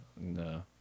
No